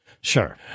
sure